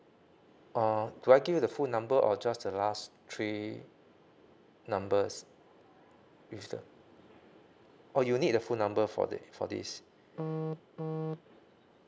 uh do I give you the full number or just the last three numbers with the oh you need the full number fo~ for this